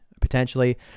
potentially